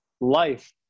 life